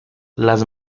las